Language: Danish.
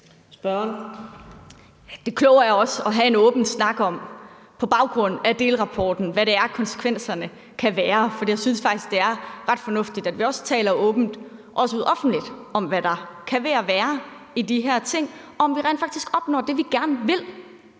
Det kloge er også på baggrund af delrapporten at have en åben snak om, hvad konsekvenserne kan være, for jeg synes faktisk, det er ret fornuftigt, at vi taler åbent, også ud offentligt, om, hvad der kan være i de her ting, og om vi rent faktisk opnår det, vi gerne vil